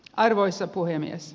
arvoisa puhemies